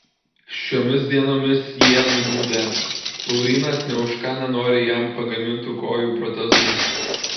šiomis dienomis jie nuliūdę laurynas nė už ką nenori jam pagamintų kojų protezų